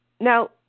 Now